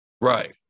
Right